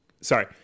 sorry